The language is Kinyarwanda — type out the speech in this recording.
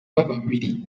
b’ababiligi